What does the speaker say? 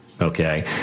Okay